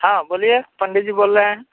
हाँ बोलिए पंडित जी बोल रहे हैं